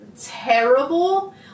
terrible